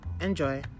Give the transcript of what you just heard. Enjoy